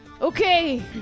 Okay